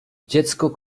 dziecko